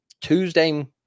Tuesday